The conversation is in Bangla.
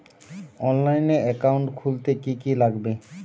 অনলাইনে একাউন্ট খুলতে কি কি লাগবে?